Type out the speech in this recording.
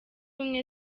ubumwe